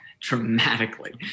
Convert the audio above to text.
dramatically